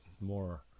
more